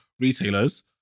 retailers